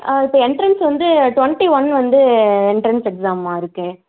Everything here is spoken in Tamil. இப்போ என்ட்ரன்ஸ் வந்து டொண்ட்டி ஒன் வந்து என்ட்ரன்ஸ் எக்ஸாம் இருக்குது